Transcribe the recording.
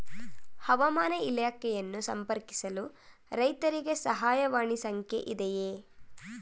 ಹವಾಮಾನ ಇಲಾಖೆಯನ್ನು ಸಂಪರ್ಕಿಸಲು ರೈತರಿಗೆ ಸಹಾಯವಾಣಿ ಸಂಖ್ಯೆ ಇದೆಯೇ?